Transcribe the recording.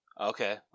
Okay